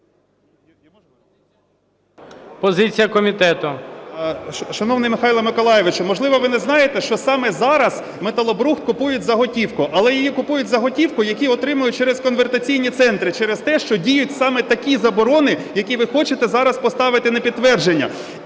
КИСИЛЕВСЬКИЙ Д.Д. Шановний Михайле Миколайовичу, можливо, ви не знаєте, що саме зараз металобрухт купують за готівку. Але його купують за готівку, яку отримують через конвертаційні центри, через те, що діють саме такі заборони, які ви хочете зараз поставити на підтвердження.